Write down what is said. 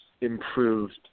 improved